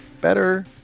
better